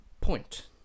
point